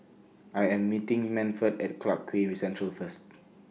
I Am meeting Manford At Clarke Quay Central First